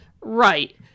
Right